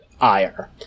ire